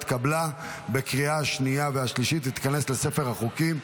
התקבלה בקריאה השנייה והשלישית ותיכנס לספר החוקים.